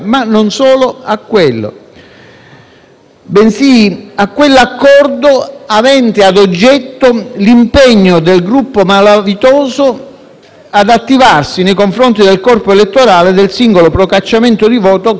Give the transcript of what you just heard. - sia quell'accordo avente ad oggetto l'impegno del gruppo malavitoso ad attivarsi nei confronti del corpo elettorale del singolo procacciamento di voto con le modalità tipiche